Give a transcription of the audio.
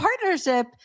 partnership